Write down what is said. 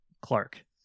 Clark